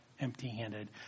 empty-handed